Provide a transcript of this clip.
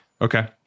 okay